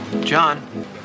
John